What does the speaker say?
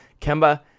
Kemba